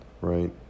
right